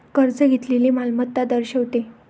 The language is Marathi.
कर्ज घेतलेली मालमत्ता दर्शवते